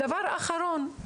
דבר אחרון,